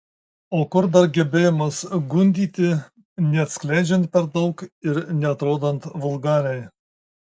o kur dar gebėjimas gundyti neatskleidžiant per daug ir neatrodant vulgariai